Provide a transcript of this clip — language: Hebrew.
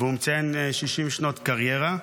הוא מציין 60 שנות קריירה,